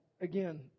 again